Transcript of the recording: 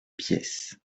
pièces